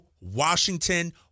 Washington